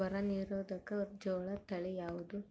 ಬರ ನಿರೋಧಕ ಜೋಳ ತಳಿ ಯಾವುದು?